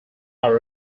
are